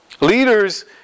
Leaders